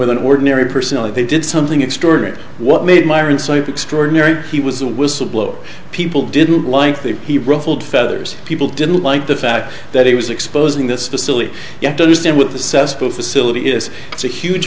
with an ordinary person if they did something extraordinary what made myron so extraordinary he was a whistle blower people didn't like the he ruffled feathers people didn't like the fact that he was exposing this facility you have to understand with the cesspool facility is it's a huge